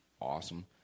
awesome